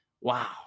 wow